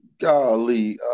golly